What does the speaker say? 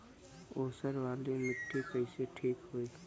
ऊसर वाली मिट्टी कईसे ठीक होई?